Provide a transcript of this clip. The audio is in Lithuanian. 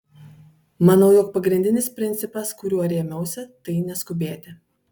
manau jog pagrindinis principas kuriuo rėmiausi tai neskubėti